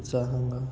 ఉత్సాహంగా